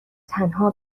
تنها